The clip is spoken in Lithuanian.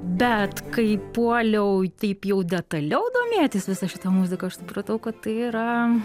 bet kai puoliau taip jau detaliau domėtis visa šita muzika aš supratau kad tai yra